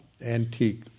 antique